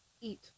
Eat